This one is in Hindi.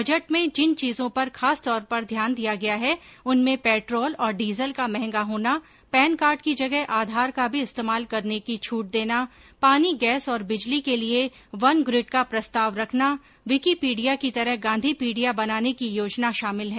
बजट में जिन चीजों पर खास तौर पर ध्यान गया है उनमें पेट्रोल और डीजल का महंगा होना पैन कार्ड की जगह आधार का भी इस्तेमाल करने की छूट देना पानी गैस और बिजली के लिये वन ग्रिड का प्रस्ताव रखना विकिपीडिया की तरह गांधी पीडिया बनाने की योजना शामिल है